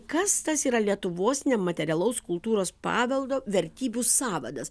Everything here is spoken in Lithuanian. kas tas yra lietuvos nematerialaus kultūros paveldo vertybių sąvadas